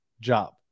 job